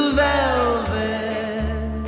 velvet